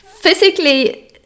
physically